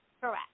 Correct